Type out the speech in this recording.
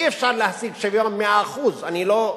אי-אפשר להשיג שוויון של 100%, אני לא,